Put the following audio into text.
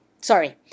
sorry